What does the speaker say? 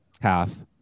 half